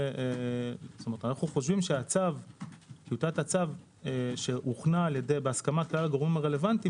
אנו חושבים שטיוטת הצו שהוכנה בהסכמת כלל הגורמים הרלוונטיים,